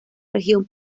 región